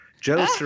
Joe